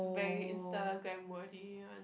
very Instagram worthy one